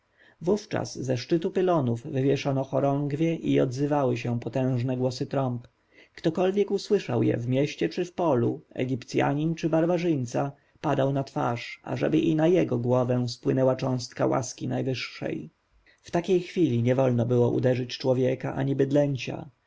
wówczas ze szczytu pylonów wywieszano chorągwie i odzywały się potężne głosy trąb ktokolwiek usłyszał je w mieście czy w polu egipcjanin czy barbarzyńca padał na twarz ażeby i na jego głowę spłynęła cząstka łaski najwyższej w takiej chwili nie było wolno uderzyć człowieka ani bydlęcia